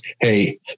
hey